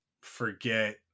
forget